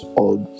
old